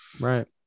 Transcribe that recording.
right